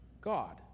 God